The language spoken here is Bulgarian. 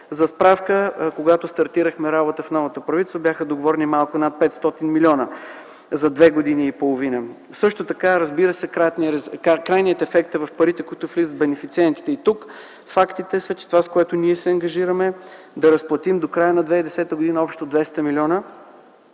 За справка, когато стартирахме работа в новото правителство, бяха договорени малко над 500 милиона за две години и половина. Също така, разбира се, крайният ефект е в парите, които влизат в бенефициентите. Тук фактите са, че това, с което ние се ангажираме да разплатим до края на 2010 г. общо 200 милиона,